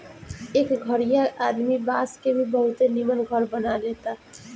एह घरीया आदमी बांस के भी बहुते निमन घर बना लेता